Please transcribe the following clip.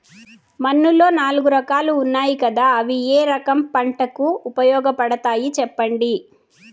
మన్నులో నాలుగు రకాలు ఉన్నాయి కదా అవి ఏ రకం పంటలకు ఉపయోగపడతాయి చెప్పండి?